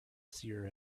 seer